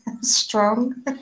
Strong